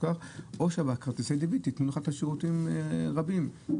כך או שבכרטיסי דביט יתנו שירותים רבים יותר.